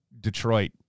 Detroit